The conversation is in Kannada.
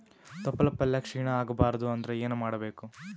ತೊಪ್ಲಪಲ್ಯ ಕ್ಷೀಣ ಆಗಬಾರದು ಅಂದ್ರ ಏನ ಮಾಡಬೇಕು?